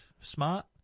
smart